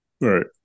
Right